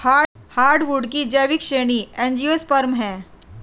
hardwood की जैविक श्रेणी एंजियोस्पर्म है